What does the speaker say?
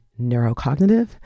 neurocognitive